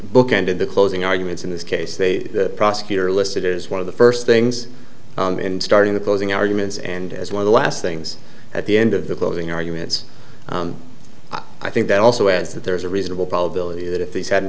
bookended the closing arguments in this case a prosecutor listed as one of the first things and starting the closing arguments and as one of the last things at the end of the closing arguments i think that also adds that there is a reasonable probability that if this hadn't